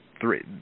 three